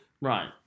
Right